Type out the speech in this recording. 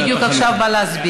בדיוק עכשיו הוא בא להסביר.